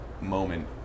moment